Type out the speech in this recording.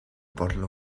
bottle